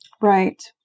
Right